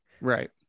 Right